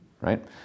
right